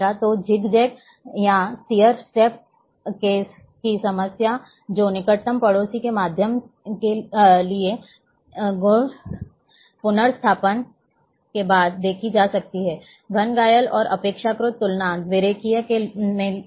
तो zig zag या stair step case की समस्या जो निकटतम पड़ोसी के माध्यम से किए गए पुनरुत्थान के बाद देखी जा सकती है घन कायल और अपेक्षाकृत तुलना द्विरेखीय में नहीं देखी जाएगी